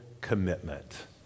commitment